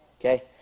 okay